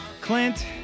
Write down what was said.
Clint